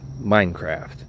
Minecraft